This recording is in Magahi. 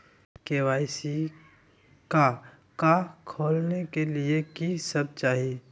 के.वाई.सी का का खोलने के लिए कि सब चाहिए?